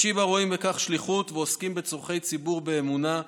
בשיבא רואים בכך שליחות ועוסקים בצורכי ציבור באמונה,